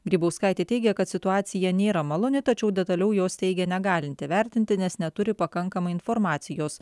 grybauskaitė teigia kad situacija nėra maloni tačiau detaliau jos teigia negalinti vertinti nes neturi pakankamai informacijos